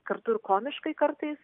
kartu ir komiškai kartais